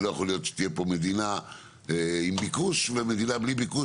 שלא יכול להיות שתהיה פה מדינה עם ביקוש ומדינה בלי ביקוש,